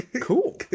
Cool